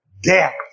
death